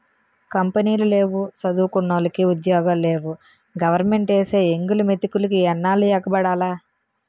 కంపినీలు లేవు సదువుకున్నోలికి ఉద్యోగాలు లేవు గవరమెంటేసే ఎంగిలి మెతుకులికి ఎన్నాల్లు ఎగబడాల